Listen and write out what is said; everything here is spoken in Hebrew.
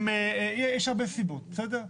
יש הרבה סיבות, בסדר?